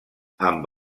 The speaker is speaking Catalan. amb